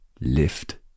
lift